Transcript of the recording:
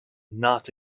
not